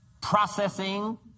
processing